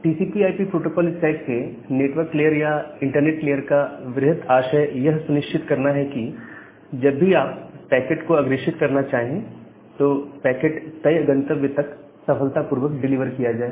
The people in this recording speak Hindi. टीसीपी आईपी प्रोटोकोल स्टैक के नेटवर्क लेयर या इंटरनेट लेयर का वृहत आशय यह सुनिश्चित करना है कि जब भी आप पैकेट को अग्रेषित करना चाहे तो पैकेट तय गंतव्य तक सफलतापूर्वक डिलीवर हो जाए